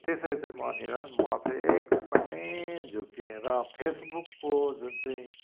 त्यसरी चाहिँ मनिर म चाहिँ एकदमै झुक्किएँ र फेसबुकको जुन चाहिँ